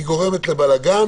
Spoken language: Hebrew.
זה גורם לבלגן,